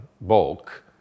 Bulk